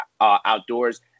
outdoors